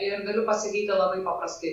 ir galiu pasakyti labai paprastai